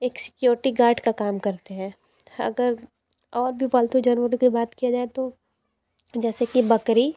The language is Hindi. एक सिक्योरिटी गार्ड का काम करते हैं अगर और भी पालतू जानवरों की बात किया जाए तो जैसे की बकरी